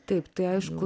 taip tai aišku